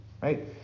right